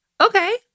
Okay